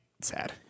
sad